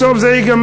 בסוף זה ייגמר.